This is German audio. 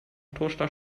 toaster